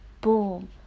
boom